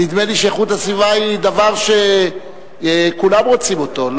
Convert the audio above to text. נדמה לי שאיכות הסביבה היא דבר שכולם רוצים אותו.